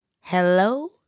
Hello